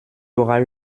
aura